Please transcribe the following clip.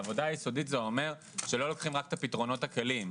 העבודה היסודית אומרת שלא לוקחים רק את הפתרונות הקלים.